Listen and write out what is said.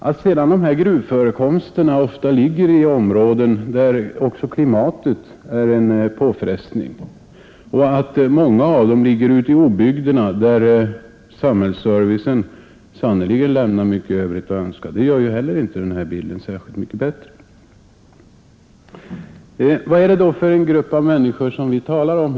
Att sedan de här gruvförekomsterna ofta ligger i områden där också klimatet utgör en påfrestning och att många av dem ligger ute i obygder där samhällsservicen sannerligen lämnar mycket övrigt att önska gör ju heller inte den här bilden särskilt mycket bättre. Vad är det då för en grupp av människor som vi talar om?